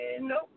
Nope